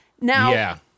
Now